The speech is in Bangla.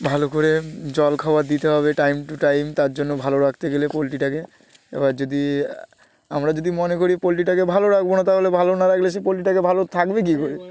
ভালো করে জল খাওয়ার দিতে হবে টাইম টু টাইম তার জন্য ভালো রাখতে গেলে পোলট্রিটাকে এবার যদি আমরা যদি মনে করি পোলট্রিটাকে ভালো রাখবো না তাহলে ভালো না রাখলে সে পোলট্রিটাকে ভালো থাকবে কী করে